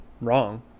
wrong